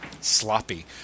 sloppy